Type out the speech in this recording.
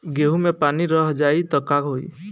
गेंहू मे पानी रह जाई त का होई?